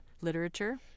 literature